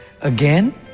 again